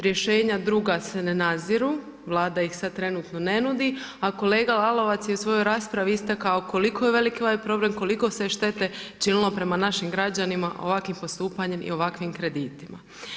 Rješenja druga se ne naziru, Vlada ih sad trenutno ne nudi, a kolega Lalovac je u svojoj raspravi istakao koliko je velik ovaj problem, koliko se štete činilo prema našim građanima ovakvim postupanjem i ovakvim kreditima.